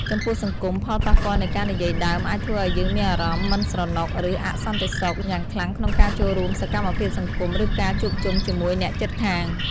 ចំពោះសង្គម ផលប៉ះពាល់នៃការនិយាយដើមអាចធ្វើឱ្យយើងមានអារម្មណ៍ មិនស្រណុក ឬអសន្តិសុខ យ៉ាងខ្លាំងក្នុងការចូលរួមសកម្មភាពសង្គម ឬការជួបជុំជាមួយអ្នកជិតខាង។